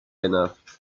enough